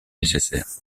nécessaires